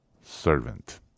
servant